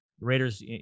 Raiders